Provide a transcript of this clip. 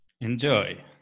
enjoy